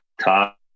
top